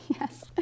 Yes